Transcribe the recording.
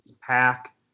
pack